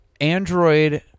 Android